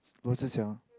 Luo-Zhi-Xiang